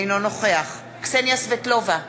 אינו נוכח קסניה סבטלובה,